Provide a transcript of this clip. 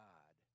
God